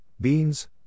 beans